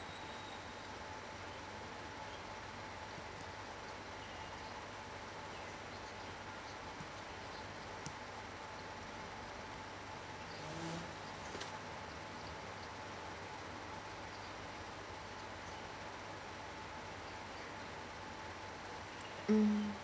mm